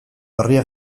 harria